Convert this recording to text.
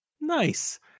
Nice